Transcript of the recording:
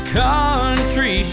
country